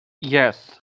Yes